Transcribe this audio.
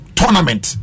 tournament